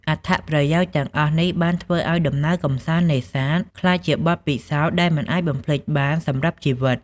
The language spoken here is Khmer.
អត្ថប្រយោជន៍ទាំងអស់នេះបានធ្វើឱ្យដំណើរកម្សាន្តនេសាទក្លាយជាបទពិសោធន៍ដែលមិនអាចបំភ្លេចបានសម្រាប់ជីវិត។